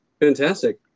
Fantastic